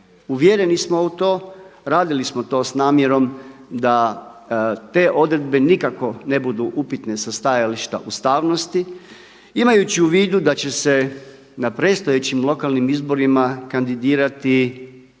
Uvjereni smo u to, radili smo to s namjerom da te odredbe nikako ne budu upitne sa stajališta ustavnosti, imajući u vidu da će se na predstojećim lokalnim izborima kandidirati